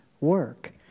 work